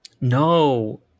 No